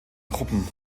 gruppen